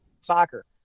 soccer